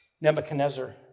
Nebuchadnezzar